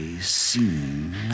seen